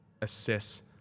assess